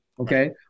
Okay